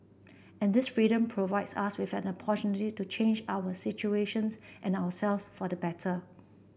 and this freedom provides us with an to change our situations and ourselves for the better